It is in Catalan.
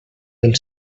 del